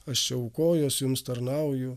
pasiaukojęs jums tarnauju